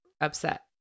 upset